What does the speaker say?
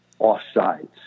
offsides